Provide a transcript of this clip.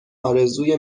ارزوی